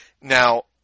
Now